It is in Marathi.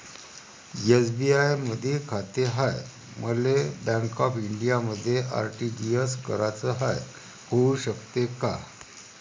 एस.बी.आय मधी खाते हाय, मले बँक ऑफ इंडियामध्ये आर.टी.जी.एस कराच हाय, होऊ शकते का?